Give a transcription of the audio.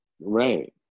Right